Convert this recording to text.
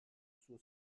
suo